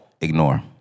ignore